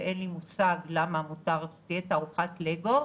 שאין לי מושג למה מותר שתהיה תערוכת לגו.